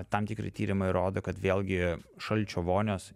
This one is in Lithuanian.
tam tikri tyrimai rodo kad vėlgi šalčio vonios